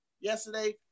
Yesterday